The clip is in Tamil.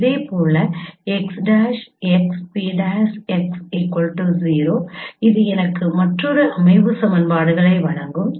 இதேபோல் x'xP'X 0 இது எனக்கு மற்றொரு அமைவு சமன்பாடுகளை வழங்கும்